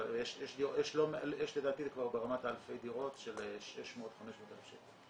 אבל יש לדעתי ברמת אלפי דירות של 600,000 ו-500,000 שקל.